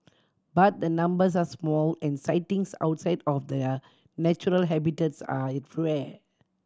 but the numbers are small and sightings outside of their natural habitats are rare